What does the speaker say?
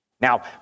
Now